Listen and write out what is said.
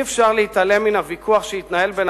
אי-אפשר להתעלם מהוויכוח שהתנהל בין